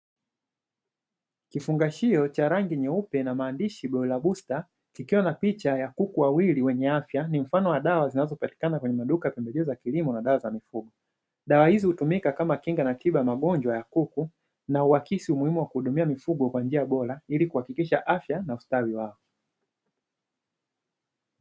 Kifungashio cha rangi nyeupe na maandishi bloira busta, kikiwa na picha ya kuku wawili wenye afya ni mfano wa dawa zinazopatikana kwenye maduka ya pembejeo za kilimo na dawa za mifugo. Dawa hizi hutumika kama kinga na tiba ya magonjwa ya kuku na uhakisi umuhimu wa kuhudumia mifugo kwa njia bora ili kuhakikisha afya na ustawi wao.